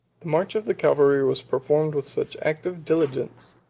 the march of the cavalry was performed with such active diligence,